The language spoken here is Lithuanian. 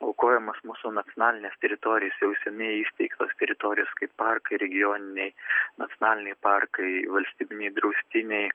aukojamos mūsų nacionalinės teritorijos jau seniai įsteigtos teritorijos kaip parkai regioniniai nacionaliniai parkai valstybiniai draustiniai